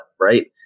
right